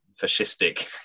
fascistic